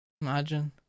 Imagine